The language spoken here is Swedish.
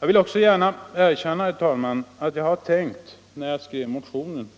Jag vill också gärna erkänna att jag när jag skrev motionen